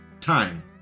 time